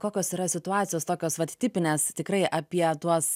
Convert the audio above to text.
kokios yra situacijos tokios vat tipinės tikrai apie tuos